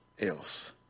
else